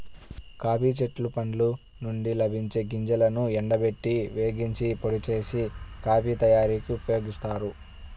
coffee చెట్ల పండ్ల నుండి లభించే గింజలను ఎండబెట్టి, వేగించి, పొడి చేసి, కాఫీ తయారీకి ఉపయోగిస్తారు